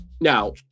Now